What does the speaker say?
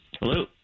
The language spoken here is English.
Hello